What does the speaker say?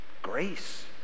grace